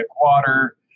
water